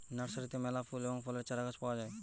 নার্সারিতে মেলা ফুল এবং ফলের চারাগাছ পাওয়া যায়